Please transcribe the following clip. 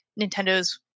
Nintendo's